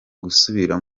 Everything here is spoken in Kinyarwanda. gusubira